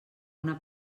una